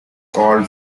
called